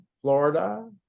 Florida